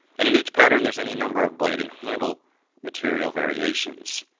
and in each pattern there's any number of blade and handle material variations.